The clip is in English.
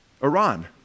Iran